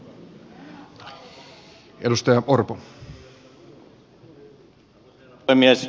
arvoisa herra puhemies